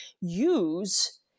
use